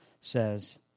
says